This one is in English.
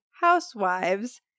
housewives